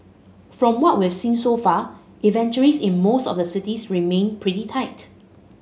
from what we've seen so far inventories in most of the cities remain pretty tight